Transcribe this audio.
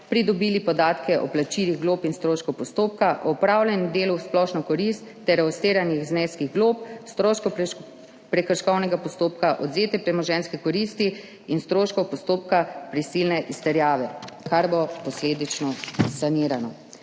pridobili podatke o plačilih glob in stroškov postopka, o opravljenem delu v splošno korist ter o izterjanih zneskih glob, stroškov prekrškovnega postopka, odvzete premoženjske koristi in stroškov postopka prisilne izterjave, kar bo posledično sanirano.